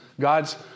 God's